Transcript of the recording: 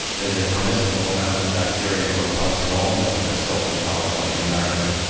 there's a permissible amount of bacteria or pus in all milk that's sold in california and america,